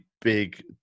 big